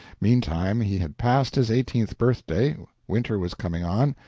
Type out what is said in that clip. meantime, he had passed his eighteenth birthday, winter was coming on,